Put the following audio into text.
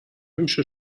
نمیشه